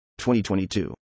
2022